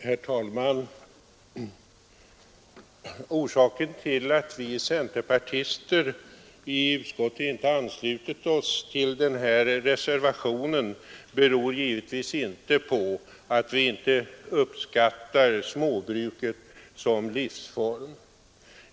Herr talman! Orsaken till att vi centerpartister i utskottet inte har anslutit oss till reservationen är givetvis inte att vi inte uppskattar småbruket som livsform.